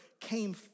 came